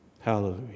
Hallelujah